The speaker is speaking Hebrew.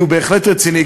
כי הוא בהחלט רציני,